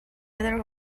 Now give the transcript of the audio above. other